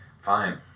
Fine